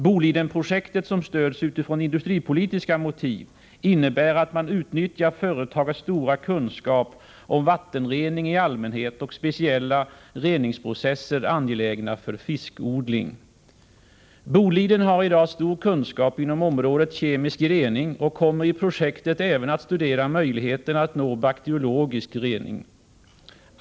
Bolidenprojektet, som stöds utifrån industripolitiska motiv, innebär att man utnyttjar företagets stora kunskap om vattenrening i allmänhet och speciella reningsprocesser angelägna för fiskodling. Boliden har i dag stor kunskap inom området kemisk rening och kommer i projektet även att studera möjligheten att nå bakteriologisk rening.